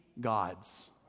gods